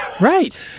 Right